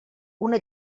una